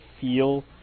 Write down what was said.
feel